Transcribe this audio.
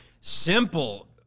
simple